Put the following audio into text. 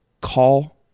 Call